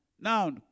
Now